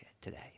today